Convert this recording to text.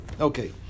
Okay